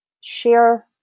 share